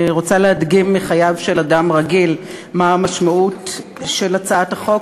אני רוצה להדגים מחייו של אדם רגיל מה המשמעות של הצעת החוק,